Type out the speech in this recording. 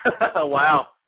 Wow